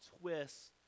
twists